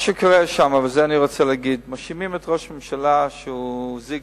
מה שקורה שם, מאשימים את ראש הממשלה בזיגזג,